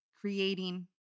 Creating